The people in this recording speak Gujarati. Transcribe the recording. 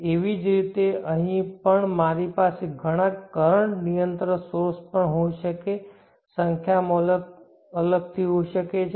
તેવી જ રીતે અહીં પણ મારી પાસે ઘણાં કરંટ નિયંત્રણ સોર્સ કોઈ પણ સંખ્યા માં અલગથી હોઈ શકે છે